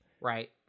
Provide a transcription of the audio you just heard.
Right